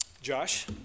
Josh